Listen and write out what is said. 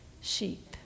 sheep